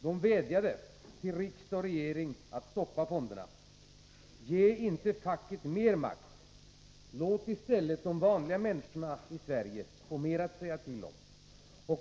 De vädjade till riksdag och regering att stoppa fonderna: Ge inte facket mer makt, låt i stället de vanliga människorna i Sverige få mer att säga till om!